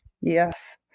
yes